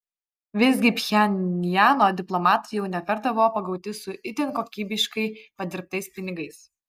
visgi pchenjano diplomatai jau ne kartą buvo pagauti su itin kokybiškai padirbtais pinigais